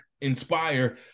inspire